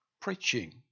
preaching